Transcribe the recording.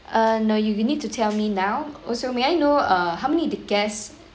err no you you need to tell me now also may I know uh how many the guests